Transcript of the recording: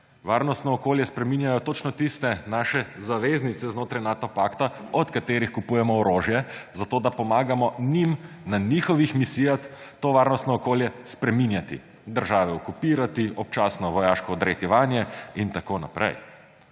Varnostno okolje spreminjajo točno tiste naše zaveznice znotraj Nato pakta, od katerih kupujemo orožje, zato da pomagamo njim na njihovih misijah to varnostno okolje spreminjati – države okupirati, občasno vojaško vdreti vanje in tako naprej.